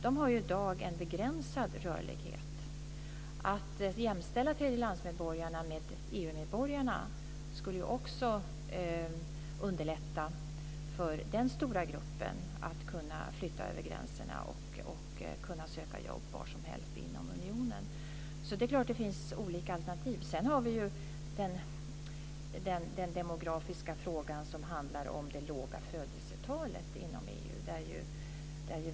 De har i dag en begränsad rörlighet. Att jämställa tredjelandsmedborgarna med EU-medborgarna skulle också underlätta för den stora gruppen att kunna flytta över gränserna och söka jobb varsomhelst inom unionen. Det är klart att det finns olika alternativ. Sedan har vi den demografiska frågan, dvs. det låga födelsetalet inom EU.